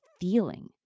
feeling